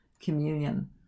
communion